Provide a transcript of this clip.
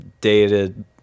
dated